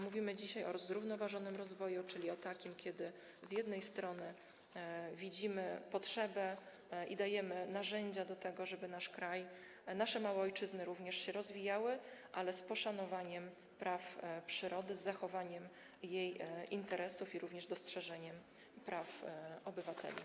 Mówimy dzisiaj o zrównoważonym rozwoju, czyli o takim, kiedy z jednej strony widzimy potrzebę i dajemy narzędzia do tego, żeby nasz kraj oraz nasze małe ojczyzny się rozwijały, ale żeby odbywało się to z poszanowaniem praw przyrody, zachowaniem jej interesów, jak również z dostrzeżeniem praw obywateli.